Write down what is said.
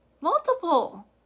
multiple